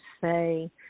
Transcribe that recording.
say